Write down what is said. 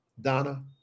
Donna